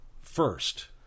first